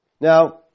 Now